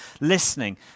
listening